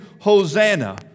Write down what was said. Hosanna